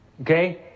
Okay